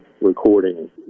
recording